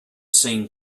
seen